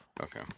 Okay